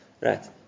Right